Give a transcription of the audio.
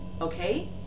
okay